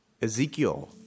Ezekiel